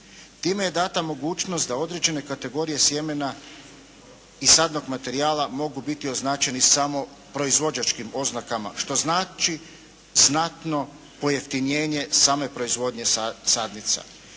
Time je dana mogućnost da određene kategorije sjemena i sadnog materijala mogu biti označeni samo proizvođačkim oznakama što znači samo pojeftinjenje same proizvodnje sadnica.